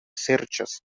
serĉas